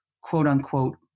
quote-unquote